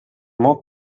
мог